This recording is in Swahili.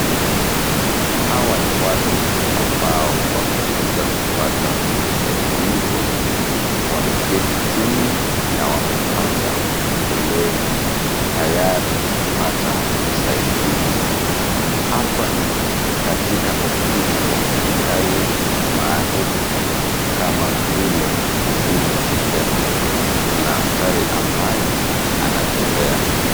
Hawa ni watu ambao wamekuja kupata usaidizi, wameketi chini na wamepanga foleni tayari kupata usaidizi. Hapa ni katika ofisi za serikali maarufu, kama vile huduma centre . Kuna askari ambaye anatembea.